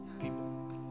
people